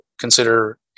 consider